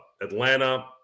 Atlanta